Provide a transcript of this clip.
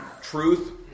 truth